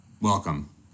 Welcome